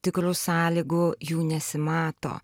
tikrų sąlygų jų nesimato